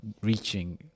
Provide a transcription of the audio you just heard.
reaching